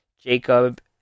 Jacob